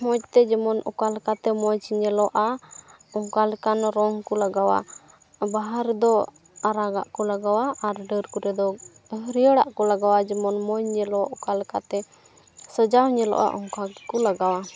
ᱢᱚᱡᱽ ᱛᱮ ᱡᱮᱢᱚᱱ ᱚᱠᱟ ᱞᱮᱠᱟᱛᱮ ᱢᱚᱡᱽ ᱛᱮ ᱧᱮᱞᱚᱜᱼᱟ ᱚᱱᱠᱟ ᱞᱮᱠᱟᱱ ᱨᱚᱝ ᱠᱚ ᱞᱟᱜᱟᱣᱟ ᱵᱟᱦᱟ ᱨᱮᱫᱚ ᱟᱨᱟᱜᱟᱜ ᱠᱚ ᱞᱟᱜᱟᱣᱟ ᱟᱨ ᱰᱟᱹᱨ ᱠᱚᱨᱮ ᱫᱚ ᱦᱟᱹᱨᱭᱟᱹᱲᱟᱜ ᱠᱚ ᱞᱟᱜᱟᱣᱟ ᱡᱮᱢᱚᱱ ᱢᱚᱡᱽ ᱧᱮᱞᱚᱜ ᱚᱠᱟ ᱞᱮᱠᱟᱛᱮ ᱥᱟᱡᱟᱣ ᱧᱮᱞᱚᱜᱼᱟ ᱚᱱᱠᱟ ᱜᱮᱠᱚ ᱞᱟᱜᱟᱣᱟ